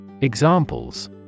Examples